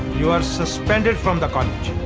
you are suspended from the college.